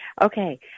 Okay